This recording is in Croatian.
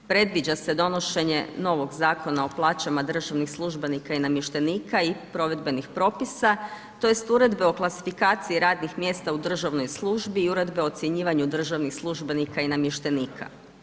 Predviđa se donošenje novog Zakona o plaćama državnih službenika i namještenika i provedbenih propisa, tj. uredbe o klasifikaciji radnih mjesta u državnoj službi i uredbe o ocjenjivanju državnih službenika i namještenika.